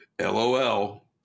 LOL